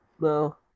no